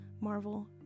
Marvel